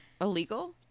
illegal